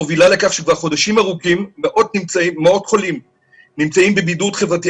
מובילה לכך שבחודשים ארוכים מאות חולים נמצאים בבידוד חברתי,